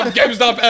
GameStop